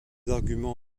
arguments